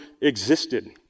existed